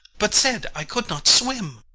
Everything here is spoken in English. but said i could not swim.